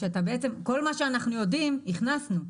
שכל מה שאנחנו יודעים הכנסנו.